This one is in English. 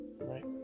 Right